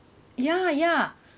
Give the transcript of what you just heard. ya ya